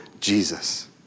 Jesus